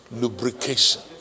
lubrication